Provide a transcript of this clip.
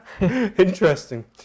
Interesting